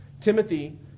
Timothy